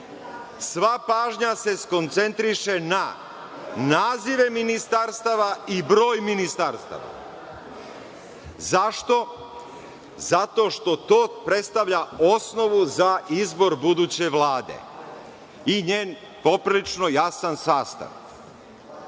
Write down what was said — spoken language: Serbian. sva pažnja se skoncentriše na nazive ministarstava i broj ministarstava. Zašto? Zato što to predstavlja osnovu za izbor buduće Vlade i njen poprilično jasan sastav.